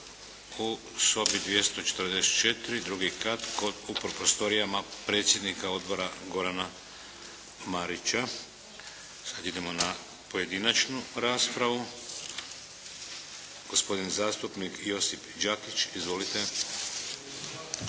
u sobi 244, drugi kat, u prostorijama predsjednika odbora, Gorana Marića. Sad idemo na pojedinačnu raspravu. Gospodin zastupnik Josip Đakić. Izvolite.